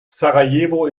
sarajevo